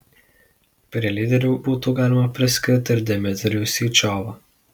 prie lyderių būtų galima priskirti ir dmitrijų syčiovą